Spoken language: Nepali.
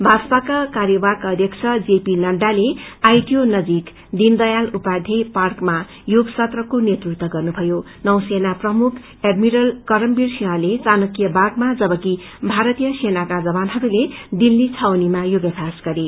भाजपाका कार्यवाहक अध्यक्ष जेपी नहाले आईटि ओ नजीक दीनदयाल उपाध्याय पाकमा योग सत्रहको नेतृत्व गर्नुषयो नौसेना प्रमुख एडमिरल करमवीर सिंहले चण्कय बागमा जबकि भारतीय सेनाका जवानहरूले दिल्ली छावनीमा योगाम्यास गरे